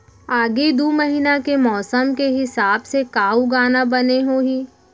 आगे दू महीना के मौसम के हिसाब से का उगाना बने होही?